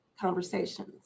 conversations